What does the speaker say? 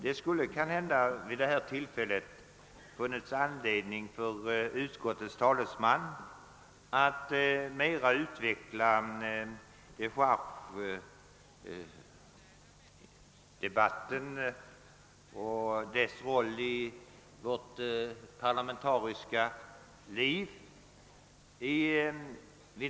Det skulle kanske vid detta tillfälle ha funnits anledning för utskottets talesman. att. närmare redogöra för dechargedebattens roll i vårt politiska liv.